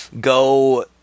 go